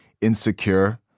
insecure